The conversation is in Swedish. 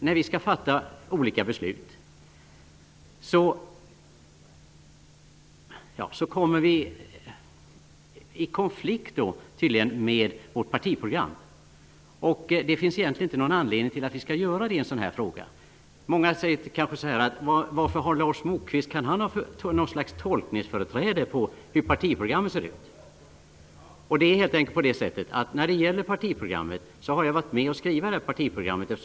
När vi skall fatta olika beslut kommer vi tydligen i konflikt med vårt partiprogram. Det finns egentligen inte någon anledning till att vi skall göra det i en sådan här fråga. Många undrar kanske varför Lars Moquist har något slags tolkningsföreträde beträffande hur partiprogrammet ser ut. Det är helt enkelt på det sättet att jag har varit med och skrivit det här partiprogrammet.